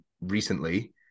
recently